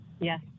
Yes